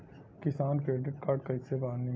किसान credit card कइसे बानी?